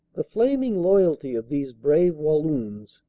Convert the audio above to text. the flaming loyalty of these brave walloons,